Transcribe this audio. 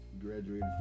graduated